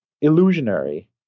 illusionary